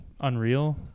unreal